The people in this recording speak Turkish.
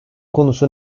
konusu